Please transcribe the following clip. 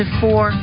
four